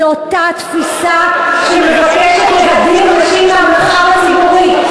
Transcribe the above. זו אותה תפיסה שמבקשת להדיר נשים מהמרחב הציבורי.